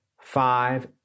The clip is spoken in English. five